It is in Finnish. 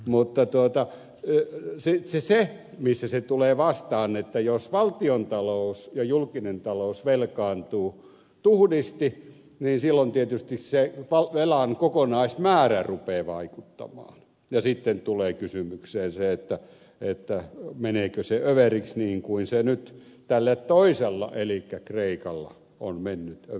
mutta se missä se tulee vastaan on se että jos valtiontalous ja julkinen talous velkaantuvat tuhdisti niin silloin tietysti se velan kokonaismäärä rupeaa vaikuttamaan ja sitten tulee kysymykseen se meneekö överiksi niin kuin se nyt tällä toisella elikkä kreikalla on mennyt överiksi